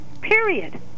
period